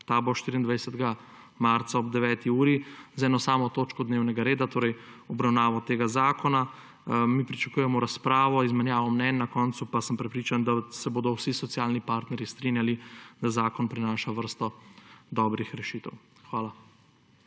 ta bo 24. marca ob 9. uri, z eno samo točko dnevnega reda, torej obravnavo tega zakona. Mi pričakujemo razpravo, izmenjavo mnenj, sem pa prepričan, da se bodo na koncu vsi socialni partnerji strinjali, da zakon prinaša vrsto dobrih rešitev. Hvala.